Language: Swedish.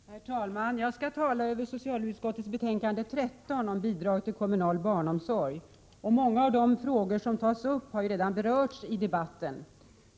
Herr talman! Jag skall tala över socialutskottets betänkande 13 om bidrag till kommunal barnomsorg. Många av de frågor som tas upp i betänkandet har redan berörts i debatten.